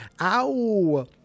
Ow